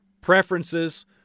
preferences